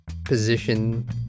position